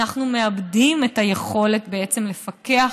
אנחנו מאבדים את היכולת בעצם לפקח